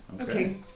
Okay